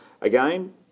Again